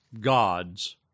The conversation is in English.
gods